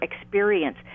experience